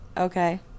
Okay